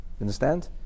understand